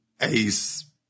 ace